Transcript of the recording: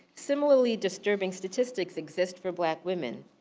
similarly disturbing statistics exist for black women.